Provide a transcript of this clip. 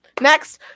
Next